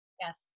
yes